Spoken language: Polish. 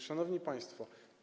Szanowni Państwo!